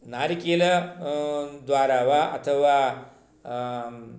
नारिकेल द्वारा वा अथवा